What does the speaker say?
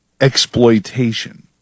exploitation